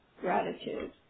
gratitude